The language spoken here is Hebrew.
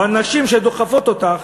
או הנשים שדוחפות אותך,